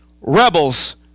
rebels